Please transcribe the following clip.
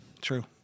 True